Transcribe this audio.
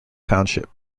township